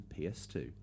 PS2